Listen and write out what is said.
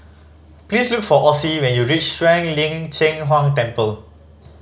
please look for Ossie when you reach Shuang Lin Cheng Huang Temple